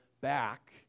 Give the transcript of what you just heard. back